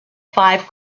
five